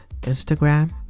Instagram